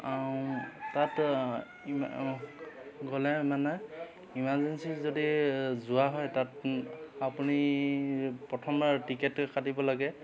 তাত ইমা গ'লে মানে ইমাৰ্জেঞ্চি যদি যোৱা হয় তাত আপুনি প্ৰথমবাৰ টিকেট কাটিব লাগে